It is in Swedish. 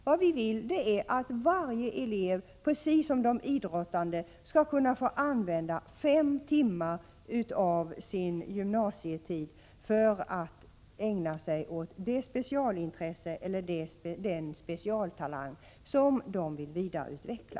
Det vi vill är att varje elev, precis som de idrottande, skall kunna få fem timmar av sin gymnasietid för att ägna sig åt det specialintresse eller den specialtalang som de vill vidareutveckla.